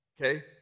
Okay